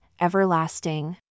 everlasting